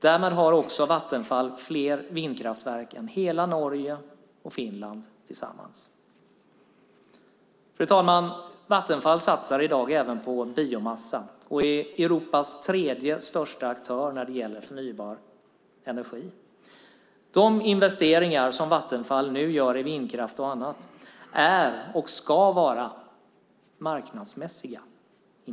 Därmed har Vattenfall fler vindkraftverk än Norge och Finland tillsammans. Fru talman! Vattenfall satsar i dag även på biomassa och är Europas tredje största aktör när det gäller förnybar energi. De investeringar som Vattenfall nu gör i vindkraft och annat är och ska vara marknadsmässiga.